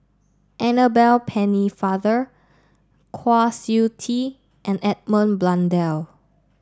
Annabel Pennefather Kwa Siew Tee and Edmund Blundell